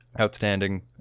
outstanding